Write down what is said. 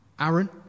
Aaron